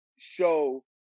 show